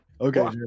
Okay